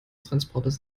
transportes